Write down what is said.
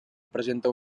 presenta